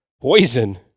poison